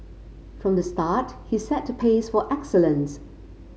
from the start he set the pace for excellence